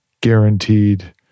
guaranteed